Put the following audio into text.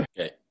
Okay